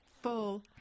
full